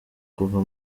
kuva